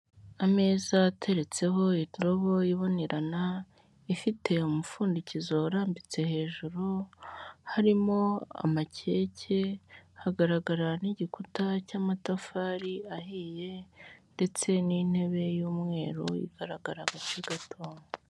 Ameza ateretseho indobo ibonerana ifite umupfundikizo urambitse hejuru harimo amakeke, hagaragara n'igikuta cy'amatafari ahiye ndetse n'intebe y'umweru igaragara agace gato.